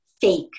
fake